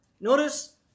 notice